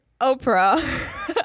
Oprah